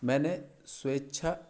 मैंने स्वेच्छा